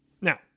Now